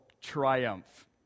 Triumph